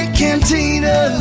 cantina